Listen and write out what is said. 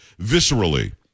viscerally